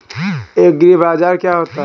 एग्रीबाजार क्या होता है?